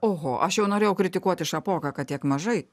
oho aš jau norėjau kritikuoti šapoką kad tiek mažai